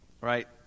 Right